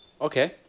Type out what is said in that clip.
Okay